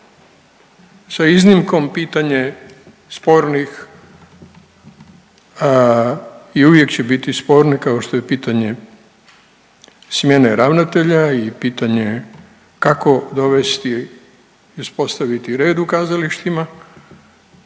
sa iznimkom pitanje spornih i uvijek će biti sporne, kao što je i pitanje smjene ravnatelja i pitanje kako dovesti i uspostaviti red u kazalištima,